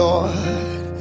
Lord